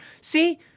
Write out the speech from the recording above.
See